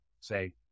say